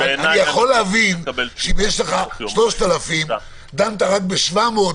אני יכול להבין שאם יש לך 3,000 ודנת רק ב-700,